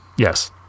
Yes